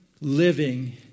living